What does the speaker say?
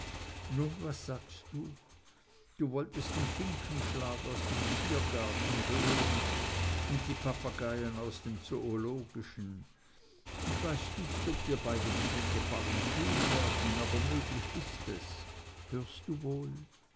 nun was sagst du du wolltest den finkenschlag aus dem tiergarten hören und die papageien aus dem zoologischen ich weiß nicht ob beide dir den gefallen tun werden aber möglich ist es hörst du wohl